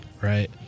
right